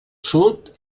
sud